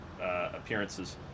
Appearances